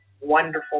wonderful